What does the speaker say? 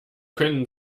können